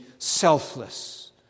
selfless